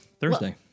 Thursday